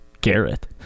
Garrett